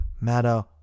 matter